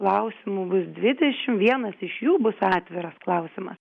klausimų bus dvidešimt vienas iš jų bus atviras klausimas